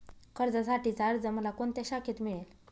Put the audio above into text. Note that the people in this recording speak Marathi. कर्जासाठीचा अर्ज मला कोणत्या शाखेत मिळेल?